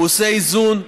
הוא עושה איזון.